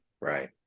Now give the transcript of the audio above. right